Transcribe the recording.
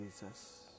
Jesus